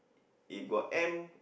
if got M